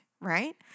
right